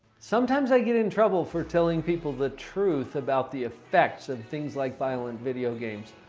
sometimes i get in trouble for telling people the truth about the effects of things like violent video games.